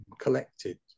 collected